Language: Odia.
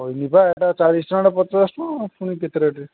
କହିଲି ପା ହେଇଟା ଚାଳିଶି ଟଙ୍କା ହେଟା ପଚାଶ ଟଙ୍କା ପୁଣି କେତେ ରେଟ୍